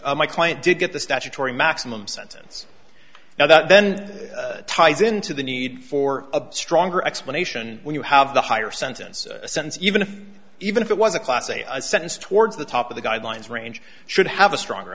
the my client did get the statutory maximum sentence now that then ties into the need for a stronger explanation when you have the higher sentence sense even if even if it was a class a sentence towards the top of the guidelines range should have a stronger